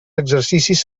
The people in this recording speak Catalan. exercicis